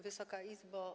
Wysoka Izbo!